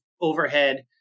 overhead